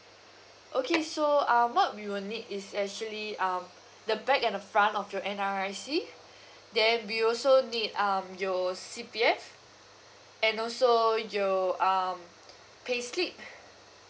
okay so um what we will need is actually um the back and the front of your N_R_I_C then we also need um your C_P_F and also your um payslip